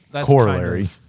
corollary